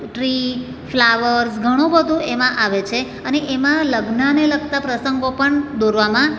tree flowers ઘણું બધું એમાં આવે છે અને એમાં લગ્નને લગતા પ્રસંગો પણ દોરવામાં